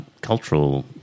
cultural